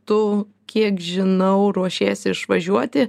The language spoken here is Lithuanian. tu kiek žinau ruošiesi išvažiuoti